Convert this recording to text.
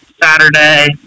Saturday